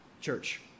church